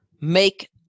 make